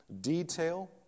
detail